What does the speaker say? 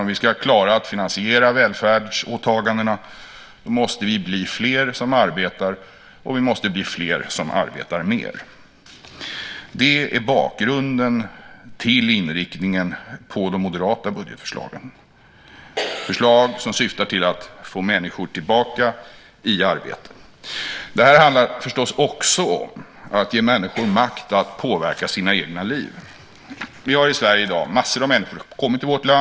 Om vi ska klara att finansiera välfärdsåtagandena måste vi bli fler som arbetar, och vi måste bli fler som arbetar mer. Det är bakgrunden till inriktningen på de moderata budgetförslagen. Det är förslag som syftar till att få människor tillbaka i arbete. Det handlar förstås också om att ge människor makt att påverka sina egna liv. Vi har i Sverige i dag massor av människor som har kommit till vårt land.